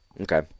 Okay